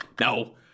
No